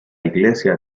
iglesia